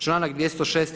Članak 206.